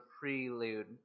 prelude